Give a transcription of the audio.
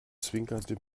zwinkerte